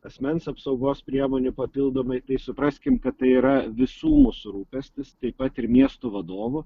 asmens apsaugos priemonių papildomai tai supraskim kad tai yra visų mūsų rūpestis taip pat ir miestų vadovų